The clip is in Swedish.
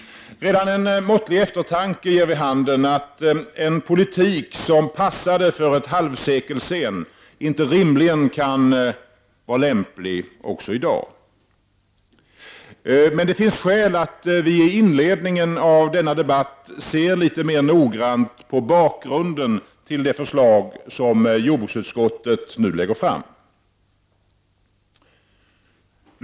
Redan en måttlig eftertanke ger vid handen att en politik som passade för ett halvsekel sedan inte rimligen kan vara lämplig även i dag. Men det finns skäl att vi i inledningen av denna debatt ser litet mer noggrant på bakgrunden till det förslag som jordbruksutskottet lägger fram.